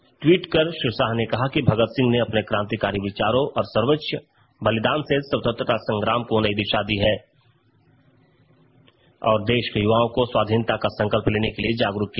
एक ट्वीट में श्री शाह ने कहा कि भगत सिंह ने अपने क्रांतिकारी विचारों और सर्वोच्च बलिदान से स्वतंत्रता संग्राम को नई दिशा दी और देश के युवाओं को स्वाधीनता का संकल्प लेने के लिए जागरूक किया